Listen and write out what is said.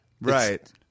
right